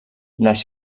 les